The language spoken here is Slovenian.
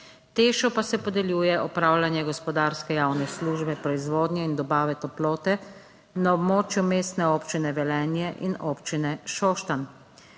Tešu pa se podeljuje opravljanje gospodarske javne službe proizvodnje in dobave toplote na območju Mestne občine Velenje in Občine Šoštanj.